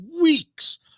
weeks